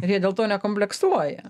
ir jie dėl to nekompleksuoja